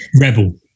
Rebel